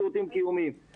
אני מקווה שאני לא טועה,